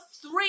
three